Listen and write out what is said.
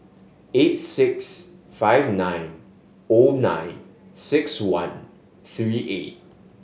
eight six five nine O nine six one three eight